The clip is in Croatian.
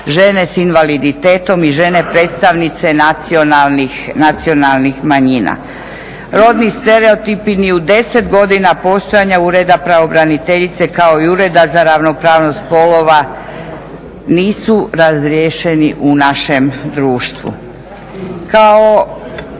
žene s invaliditetom i žene predstavnice nacionalnih manjina. Rodni stereotipi ni u 10 godina postojanja Ureda pravobraniteljice, kako i ureda za ravnopravnost spolova nisu razriješeni u našem društvu.